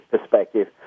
perspective